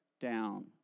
down